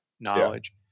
knowledge